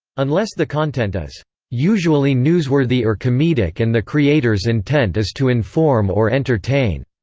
unless the content is usually newsworthy or comedic and the creator's intent is to inform or entertain.